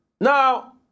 Now